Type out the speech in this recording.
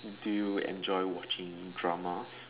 do you enjoy watching dramas